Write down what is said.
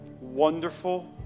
wonderful